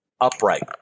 upright